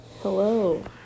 Hello